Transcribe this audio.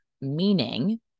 meaning